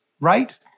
right